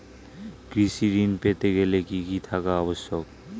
কৃষি ঋণ পেতে গেলে কি কি থাকা আবশ্যক?